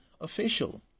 official